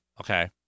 Okay